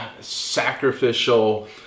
sacrificial